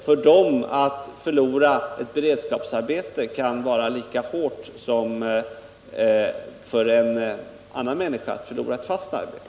För dem kan det vara lika hårt att förlora ett beredskapsarbete som för en annan människa att förlora ett fast arbete.